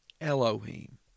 Elohim